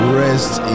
rest